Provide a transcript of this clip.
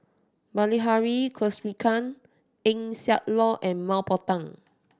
Bilahari Kausikan Eng Siak Loy and Mah Bow Tan